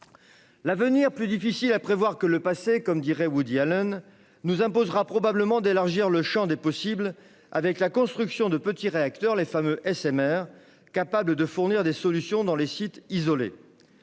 L'avenir, « plus difficile à prévoir que le passé », comme dirait Woody Allen, nous imposera probablement d'élargir le champ des possibles par la construction de petits réacteurs- les fameux SMR -capables de fournir des solutions dans les sites isolés.